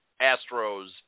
Astros